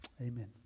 Amen